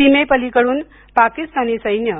सीमेपालिकडून पाकिस्तानी सैन्य